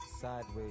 Sideways